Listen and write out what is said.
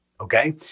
okay